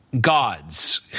gods